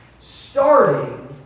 starting